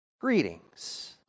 greetings